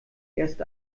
erst